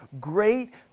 great